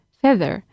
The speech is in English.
feather